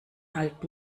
halt